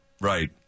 Right